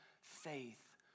faith